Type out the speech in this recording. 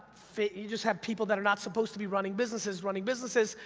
you just have people that are not supposed to be running businesses, running businesses,